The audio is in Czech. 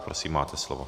Prosím, máte slovo.